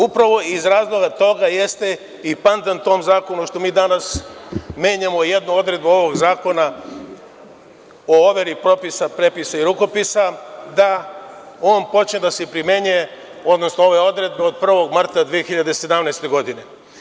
Upravo iz razloga toga jeste i pandan tom zakonu što mi danas menjamo jednu odredbu ovog zakona o overi potpisa, prepisa i rukopisa, da on počne da se primenjuje, odnosno ove odredbe od 1. marta 2017. godine.